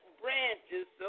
branches